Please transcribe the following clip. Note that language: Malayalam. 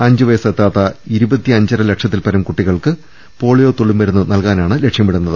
അഞ്ചുവയസ്സ് എത്താത്ത ഇരുപത്തഞ്ചര ലക്ഷത്തിൽപ്പരം കുട്ടി കൾക്ക് പോളിയോ തുള്ളിമരുന്ന് നൽകാനാണ് ലക്ഷ്യമിടുന്നത്